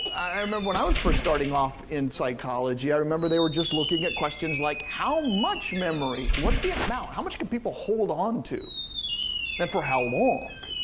i remember when i was first starting off in psychology, i remember they were just looking at questions like how much memory? what's the amount? how much can people hold onto and for how long?